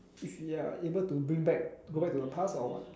if you are able to bring back go back to the past or what